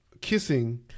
kissing